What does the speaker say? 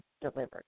delivered